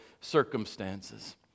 circumstances